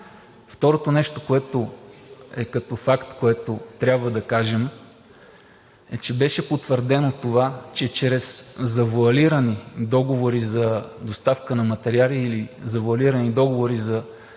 Второто нещо, което е като факт и което трябва да кажем, е, че беше потвърдено това, че чрез завоалирани договори за доставка на материали или завоалирани договори за